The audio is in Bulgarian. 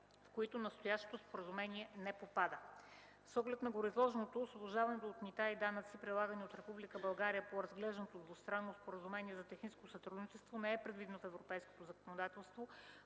в които настоящото Споразумение не попада. С оглед на гореизложеното освобождаването от мита и данъци, прилагано от Република България по разглежданото двустранно споразумение за техническо сътрудничество, не е предвидено в европейското законодателство,